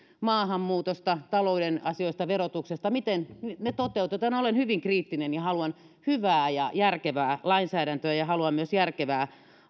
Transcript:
maahanmuutosta talouden asioista verotuksesta siitä miten ne toteutetaan olen hyvin kriittinen ja haluan hyvää ja järkevää lainsäädäntöä ja haluan myös järkevää